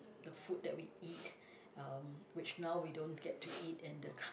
the food that we eat um which now we don't get to eat and the ka~